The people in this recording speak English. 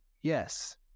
yes